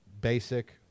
basic